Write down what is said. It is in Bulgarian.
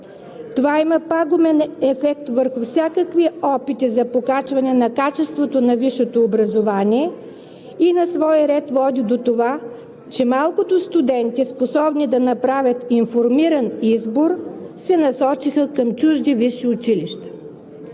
Това има пагубен ефект върху всякакви опити за покачване на качеството на висшето образование и на свой ред води до това, че малкото студенти, способни да направят информиран избор, се насочиха към чужди висши училища.